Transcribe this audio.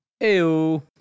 Ew